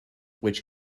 which